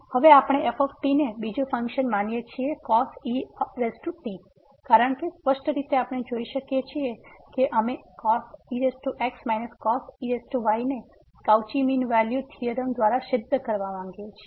અને હવે આપણે f ને બીજું ફંક્શન માનીએ છીએ cos e t કારણ કે સ્પષ્ટ રીતે આપણે જોઈ શકીએ છીએ કે અમે cos e x cos e y ને કાઉચી મીન વેલ્યુ થીયોરમ દ્વારા સિદ્ધ કરવા માગીએ છીએ